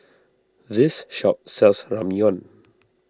this shop sells Ramyeon